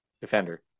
defender